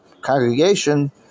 congregation